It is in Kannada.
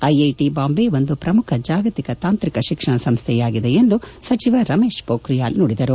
ಐಐಟ ಬಾಂಬೆ ಒಂದು ಪ್ರಮುಖ ಜಾಗತಿಕ ತಾಂತ್ರಿಕ ಶಿಕ್ಷಣ ಸಂಸ್ಲೆಯಾಗಿದೆ ಎಂದು ಸಚಿವ ರಮೇಶ್ ಪೋಖ್ರಿಯಾಲ್ ನುಡಿದರು